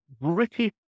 British